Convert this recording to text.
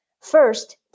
First